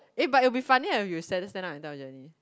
eh but I think it'll be funny eh if you stand stand up and tell Jenny